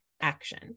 action